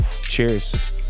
Cheers